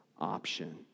option